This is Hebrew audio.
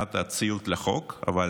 מבחינת הציות לחוק, אבל